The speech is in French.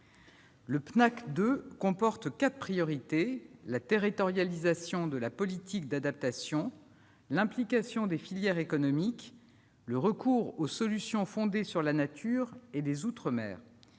Le Pnacc 2 comporte quatre priorités : la territorialisation de la politique d'adaptation, l'implication des filières économiques, le recours aux solutions fondées sur la nature et les outre-mer.